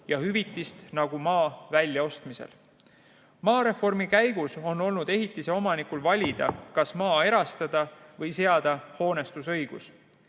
ja hüvitist nagu maa väljaostmisel. Maareformi käigus on olnud ehitise omanikul valida, kas maa erastada või seada hoonestusõigus.